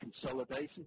consolidation